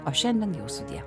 o šiandien jau sudie